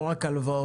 לא רק הלוואות.